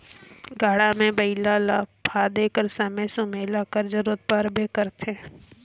गाड़ा मे बइला ल फादे कर समे सुमेला कर जरूरत परबे करथे